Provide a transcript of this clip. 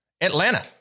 Atlanta